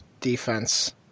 defense